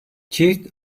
çift